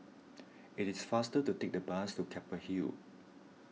it is faster to take the bus to Keppel Hill